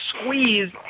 squeeze